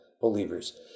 believers